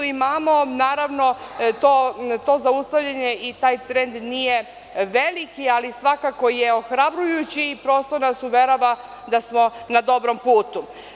Naravno, to zaustavljanje i taj trend nije veliki, ali svakako je ohrabrujući i prosto nas uverava da smo na dobrom putu.